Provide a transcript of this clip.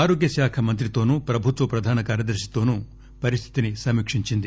ఆరోగ్య శాఖ మంత్రితోను ప్రభుత్వ ప్రధాన కార్యదర్పితోను పరిస్ధితిని సమీక్షించింది